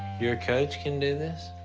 your coach can do this?